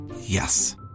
Yes